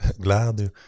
glad